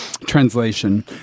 translation